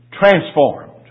transformed